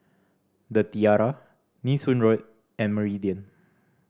The Tiara Nee Soon Road and Meridian